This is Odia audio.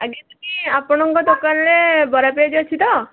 ଆଜ୍ଞା ଦିଦି ଆପଣଙ୍କ ଦୋକାନରେ ବରା ପିଆଜି ଅଛି ତ